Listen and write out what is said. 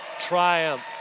triumph